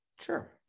Sure